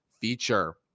feature